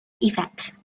effect